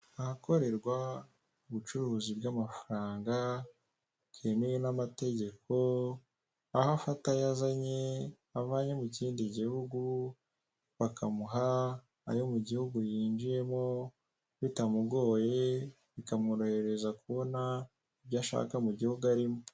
Ahakorerwa ubucuruzi bw'amafaranga bwemewe n'amategeko, aho afata ayo azanye, avanye mu kindi gihugu bakamuha ayo mu gihugu yinjiyemo bitamugoye, bikamworohereza kubona ibyo ashaka mu gihugu arimo.